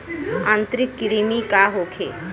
आंतरिक कृमि का होखे?